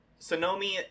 Sonomi